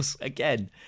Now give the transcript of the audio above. Again